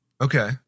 Okay